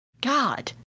God